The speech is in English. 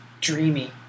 dreamy